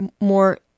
more